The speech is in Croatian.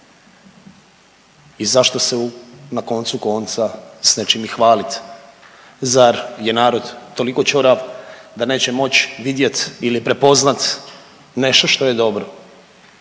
I zašto se na koncu konca s nečim i hvalit. Zar je narod toliko ćorav da neće moći vidjet ili prepoznat nešto što je dobro?